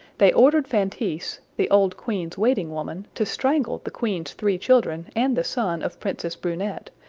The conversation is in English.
they ordered feintise, the old queen's waiting-woman, to strangle the queen's three children and the son of princess brunette,